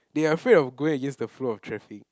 they are afraid of going against the flow of traffic